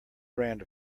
brand